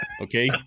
Okay